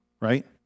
Right